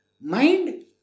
Mind